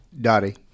Dottie